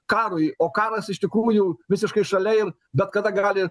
karui o karas iš tikrųjų visiškai šalia ir bet kada gali